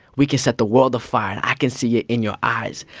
we can set the world afire, and i can see it in your eyes,